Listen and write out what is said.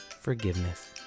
forgiveness